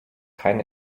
kein